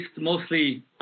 mostly